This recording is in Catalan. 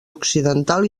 occidental